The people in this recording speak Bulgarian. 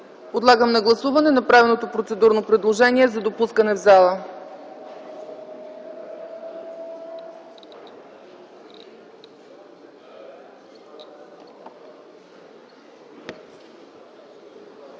Подлагам на гласуване направеното процедурно предложение за отлагане на